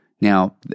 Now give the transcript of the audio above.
Now